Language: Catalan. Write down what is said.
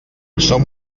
som